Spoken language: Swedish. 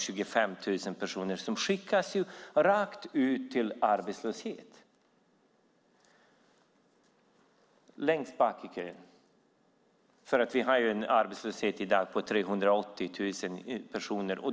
25 000 personer skickas rakt ut i arbetslöshet, längst bak i kön. Vi har en arbetslöshet i dag på 380 000 personer.